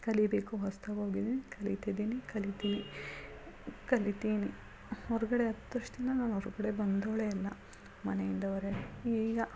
ಕಲಿಯಬೇಕು ಹೊಸ್ತಾಗ್ ಕಲೀತಿದೀನಿ ಕಲೀತೀನಿ ಕಲೀತೀನಿ ಹೊರಗಡೆ ಹತ್ತು ವರ್ಷದಿಂದ ನಾನು ಹೊರ್ಗಡೆ ಬಂದವಳೇ ಅಲ್ಲ ಮನೆಯಿಂದ ಹೊರಗೆ ಈಗ